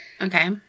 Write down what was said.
Okay